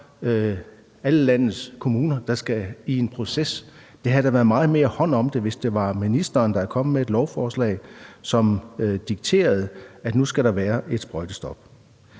alle landets kommuner, der skal ind i en proces. Der havde da været meget mere hånd om det, hvis det var ministeren, der var kommet med et lovforslag, som dikterede, at der skulle være et sprøjtestop.